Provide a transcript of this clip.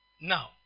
Now